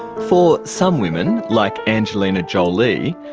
for some women, like angelina jolie,